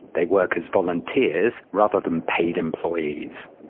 they work as volunteers rather than paid employees.